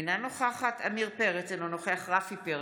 אינה נוכחת עמיר פרץ, אינו נוכח רפי פרץ,